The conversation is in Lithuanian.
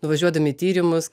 nuvažiuodami į tyrimus